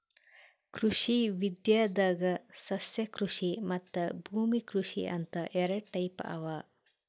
ಕೃಷಿ ವಿದ್ಯೆದಾಗ್ ಸಸ್ಯಕೃಷಿ ಮತ್ತ್ ಭೂಮಿ ಕೃಷಿ ಅಂತ್ ಎರಡ ಟೈಪ್ ಅವಾ